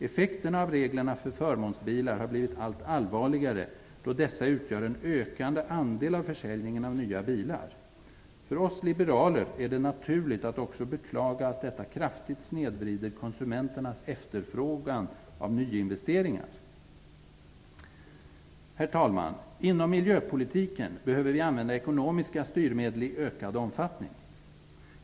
Effekterna av reglerna för förmånsbilar har blivit allt allvarligare då dessa utgör en ökande andel av försäljningen av nya bilar. För oss liberaler är det naturligt att också beklaga att detta kraftigt snedvrider konsumenternas efterfrågan av nyinvesteringar. Herr talman! Inom miljöpolitiken behöver vi använda ekonomiska styrmedel i ökad omfattning.